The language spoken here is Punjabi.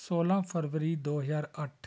ਸੌਲਾਂ ਫਰਵਰੀ ਦੋ ਹਜ਼ਾਰ ਅੱਠ